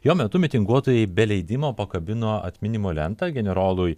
jo metu mitinguotojai be leidimo pakabino atminimo lentą generolui